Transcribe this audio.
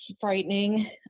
frightening